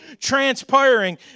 transpiring